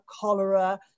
cholera